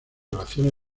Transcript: relaciones